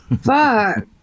fuck